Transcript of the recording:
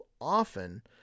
often